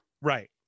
Right